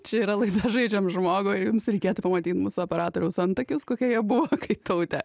čia yra laida žaidžiam žmogų ir jums reikėtų pamatyt mūsų operatoriaus antakius kokie jie buvo kai tautė